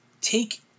take